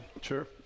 Sure